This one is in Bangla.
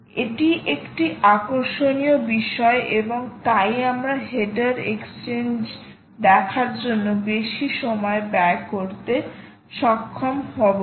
এটি একটি আকর্ষণীয় বিষয় এবং তাই আমরা হেডার এক্সচেঞ্জ দেখার জন্য বেশি সময় ব্যয় করতে সক্ষম হব না